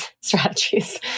strategies